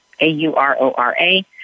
A-U-R-O-R-A